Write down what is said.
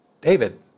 David